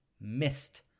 missed